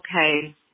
okay